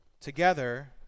together